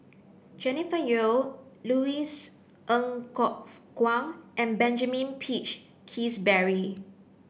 Jennifer Yeo Louis Ng Kok Kwang and Benjamin Peach Keasberry